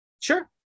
sure